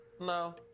No